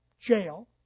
jail